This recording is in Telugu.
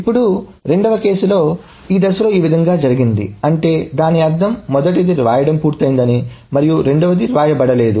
ఇప్పుడు రెండవ కేసులో ఈ దశలో ఈ విధముగా జరిగింది అంటే దాని అర్థం మొదటిది వ్రాయడం పూర్తయింది మరియు రెండవది వ్రాయబడలేదు